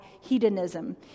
hedonism